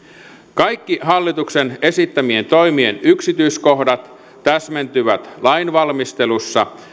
kaikki hallituksen esittämien toimien yksityiskohdat täsmentyvät lainvalmistelussa